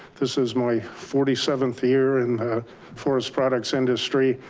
this is my forty seventh year in the forest products industry.